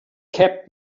kept